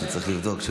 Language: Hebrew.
שצריך לבדוק,